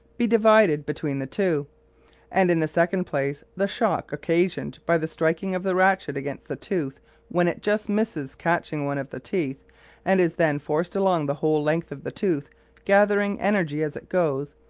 be divided between the two and in the second place the shock occasioned by the striking of the ratchet against the tooth when it just misses catching one of the teeth and is then forced along the whole length of the tooth gathering energy as it goes,